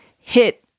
hit